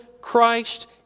Christ